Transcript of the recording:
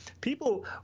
people